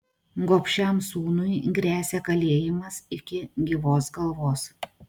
gobšiam sūnui gresia kalėjimas iki gyvos galvos